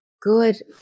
good